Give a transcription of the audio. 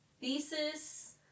thesis